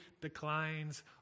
declines